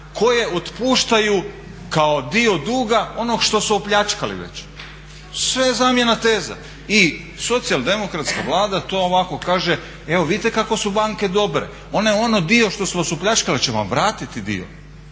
koje otpuštaju kao dio duga onog što su opljačkali već. Sve je zamjena teza. I socijaldemokratska Vlada to ovako kaže evo vidite kako su banke dobre, one onaj dio što su vas opljačkale će vam vratiti dio.